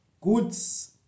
goods